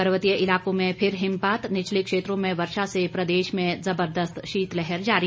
पर्वतीय इलाकों में फिर हिमपात निचले क्षेत्रों में वर्षा से प्रदेश में जबरदस्त शीतलहर जारी